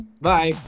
Bye